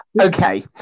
Okay